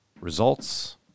results